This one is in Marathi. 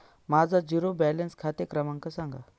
माझा झिरो बॅलन्स खाते क्रमांक सांगा